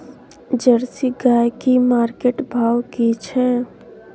Jersey गाय की market भाव की छै?